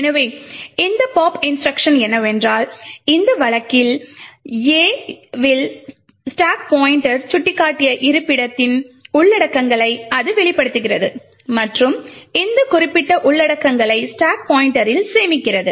எனவே இந்த pop instruction என்னவென்றால் இந்த வழக்கில் A இல் ஸ்டாக் பாய்ண்ட்டர் சுட்டிக்காட்டிய இருப்பிடத்தின் உள்ளடக்கங்களை அது வெளிப்படுத்துகிறது மற்றும் இந்த குறிப்பிட்ட உள்ளடக்கங்களை ஸ்டாக் பாய்ண்ட்டரில் சேமிக்கிறது